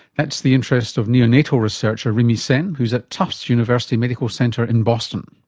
that's the interest of neonatal researcher rimi sen who's at tufts university medical center in boston.